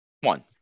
one